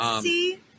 See –